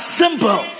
simple